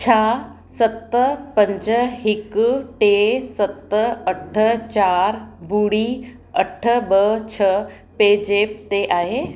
छा सत पंज हिकु टे सत अठ चार ॿुड़ी अठ ॿ छ्ह पेज़ेप्प ते आहे